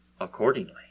accordingly